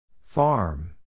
Farm